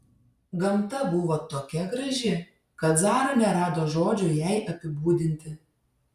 gamta buvo tokia graži kad zara nerado žodžių jai apibūdinti